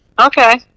Okay